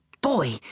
boy